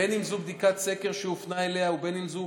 בין שזו בדיקת סקר שהופנה אליה ובין שזו